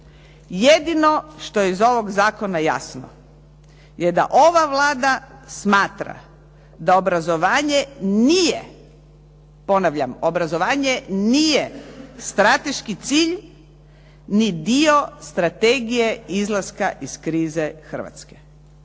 Jedino što je iz ovog zakona jasno je da ova Vlada smatra da obrazovanje nije, ponavljam, obrazovanje nije strateški cilj ni dio strategije izlaska iz krize Hrvatske.